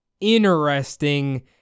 interesting